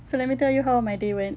so let me tell you how my day went